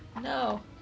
No